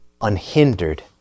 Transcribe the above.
unhindered